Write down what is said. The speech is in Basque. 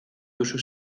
duzu